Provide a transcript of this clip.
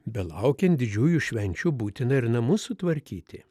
belaukiant didžiųjų švenčių būtina ir namus sutvarkyti